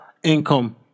income